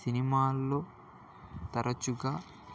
సినిమాల్లో తరచుగా